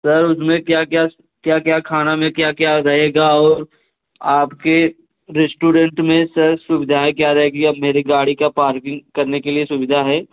sir उसमें क्या क्या खाना में क्या क्या रहेगा और आपके रेस्टोरेंट में सर सुविधाएँ क्या रहेगी अब मेरी गाड़ी का पार्किंग करने के लिए सुविधा है